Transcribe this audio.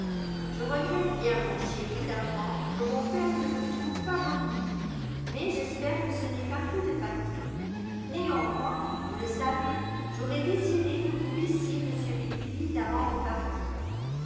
je regrette bien mon chéri d'apprendre que mon père ne vous trouve pas bonne mine mais j'espère que ce n'est qu'un peu de fatigue néanmoins vous le savez j'aurais désiré que vous vissiez m wingfield avant de partir